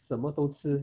什么都吃